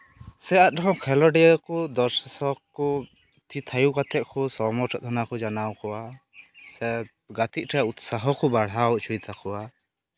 ᱥᱮ ᱟᱨᱦᱚᱸ ᱠᱷᱮᱞᱳᱰᱤᱭᱟᱹ ᱠᱚ ᱫᱚᱨᱥᱚᱠ ᱠᱚ ᱛᱤ ᱛᱷᱟᱭᱚ ᱠᱟᱛᱮᱫ ᱠᱚ ᱥᱚᱢᱚᱨᱵᱚᱨᱷᱚᱱᱟ ᱠᱚ ᱡᱟᱱᱟᱣ ᱠᱚᱣᱟ ᱥᱮ ᱜᱟᱛᱮᱜ ᱨᱮᱭᱟᱜ ᱩᱛᱥᱟᱦᱚ ᱚ ᱵᱟᱲᱦᱟᱣ ᱦᱚᱪᱚᱭ ᱛᱟᱠᱚᱣᱟ